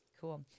Cool